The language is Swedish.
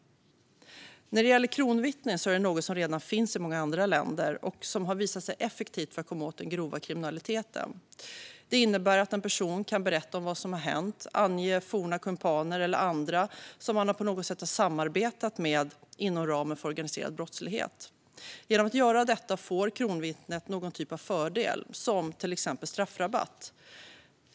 När det gäller kronvittnen är det något som redan finns i många andra länder och som har visat sig vara effektivt för att komma åt den grova kriminaliteten. Det innebär att en person kan berätta om vad som har hänt och ange forna kumpaner eller andra som man på något sätt har samarbetat med inom ramen för organiserad brottslighet. Genom att göra detta får kronvittnet någon typ av fördel, till exempel straffrabatt.